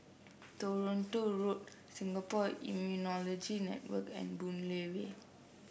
Toronto Road Singapore Immunology Network and Boon Lay Way